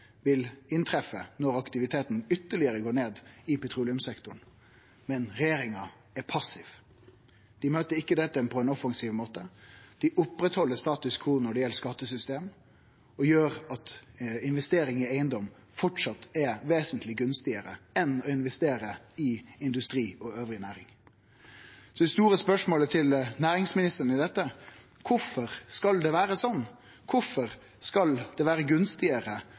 vil inntreffe når aktiviteten går ytterlegare ned i petroleumssektoren, men regjeringa er passiv. Dei møter ikkje dette på ein offensiv måte. Dei opprettheld status quo når det gjeld skattesystem, og gjer at investering i eigedom framleis er vesentleg gunstigare enn å investere i industri og anna næring. Så det store spørsmålet til næringsministeren i dette er: Kvifor skal det vere slik, kvifor skal det vere gunstigare